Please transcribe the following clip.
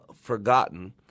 forgotten